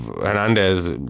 Hernandez